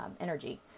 energy